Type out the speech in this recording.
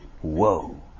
Whoa